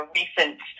recent